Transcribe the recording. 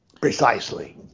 precisely